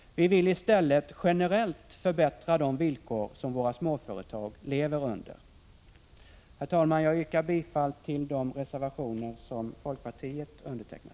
Vi vill i stället generellt förbättra de villkor som våra småföretag lever under. Herr talman! Jag yrkar bifall till de reservationer som folkpartiet undertecknat.